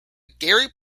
gary